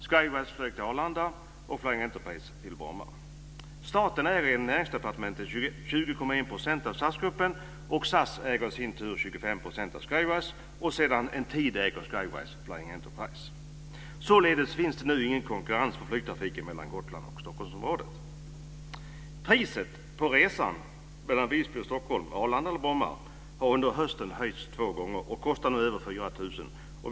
Skyways flög till Arlanda och Flying Enterprice flög till Enterprice. Således finns det nu ingen konkurrens om flygtrafiken mellan Gotland och Stockholmsområdet. från Arlanda eller Bromma - har under hösten höjts två gånger och kostar nu över 4 000 kr.